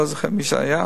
לא זוכר מי זה היה.